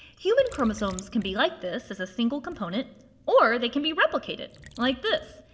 human chromosomes can be like this as a single component or they can be replicated like this.